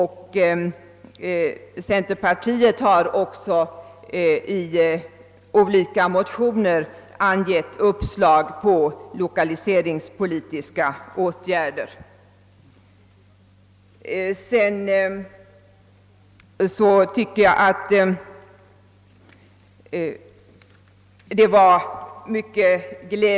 Centerpartiet har också i olika motioner på riksplanet lämnat uppslag till lokaliseringspolitiska åtgärder.